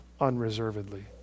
unreservedly